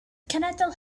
cenedl